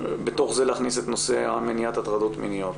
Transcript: ובתוך זה להכניס את נושא מניעת הטרדות מיניות.